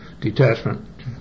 detachment